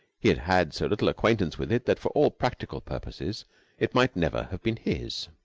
he had had so little acquaintance with it that for all practical purposes it might never have been his.